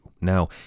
Now